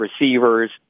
receivers